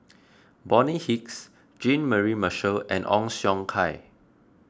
Bonny Hicks Jean Mary Marshall and Ong Siong Kai